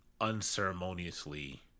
unceremoniously